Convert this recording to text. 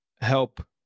help